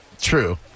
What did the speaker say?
True